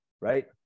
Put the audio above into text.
Right